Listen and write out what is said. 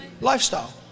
lifestyle